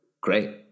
Great